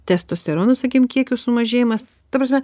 testosterono sakim kiekių sumažėjimas ta prasme